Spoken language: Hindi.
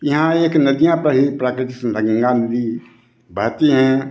यहाँ एक नदियाँ प्राकृतिक गंगा नदी बहती हैं